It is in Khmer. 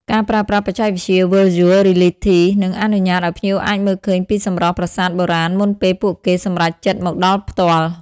ការប្រើប្រាស់បច្ចេកវិទ្យា Virtual Reality នឹងអនុញ្ញាតឱ្យភ្ញៀវអាចមើលឃើញពីសម្រស់ប្រាសាទបុរាណមុនពេលពួកគេសម្រេចចិត្តមកដល់ផ្ទាល់។